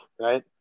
right